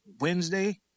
Wednesday